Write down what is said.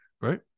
Right